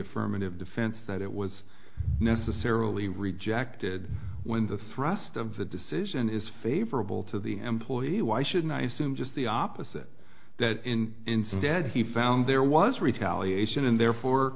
affirmative defense that it was necessarily rejected when the thrust of the decision is favorable to the employee why should i assume just the opposite that in instead he found there was retaliation and therefore